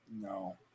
no